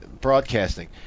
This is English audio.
broadcasting